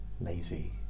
lazy